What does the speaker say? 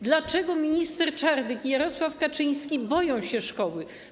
Dlaczego minister Czarnek i Jarosław Kaczyński boją się szkoły?